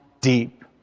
deep